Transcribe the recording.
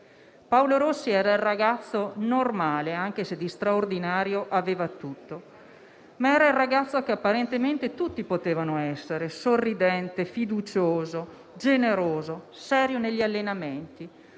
Paolo Rossi era un ragazzo normale, anche se di straordinario aveva tutto. Era il ragazzo che apparentemente tutti potevano essere: sorridente, fiducioso, generoso, serio negli allenamenti,